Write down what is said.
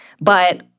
but-